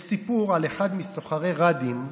יש סיפור על אחד מסוחרי ראדין,